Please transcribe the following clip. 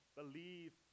believe